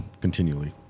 continually